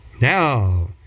Now